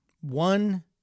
one